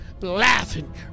laughing